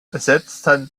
besetzten